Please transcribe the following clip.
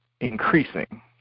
increasing